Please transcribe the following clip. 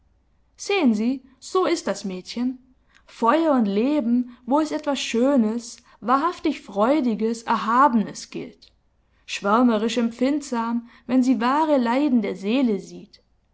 sehen sie so ist das mädchen feuer und leben wo es etwas schönes wahrhaft freudiges erhabenes gilt schwärmerisch empfindsam wenn sie wahre leiden der seele sieht